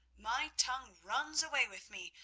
my tongue runs away with me,